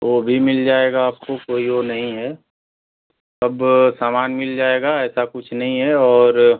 वह भी मिल जाएगा आपको कोई वह नहीं है सब सामान मिल जाएगा ऐसा कुछ नहीं है और